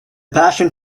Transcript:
passion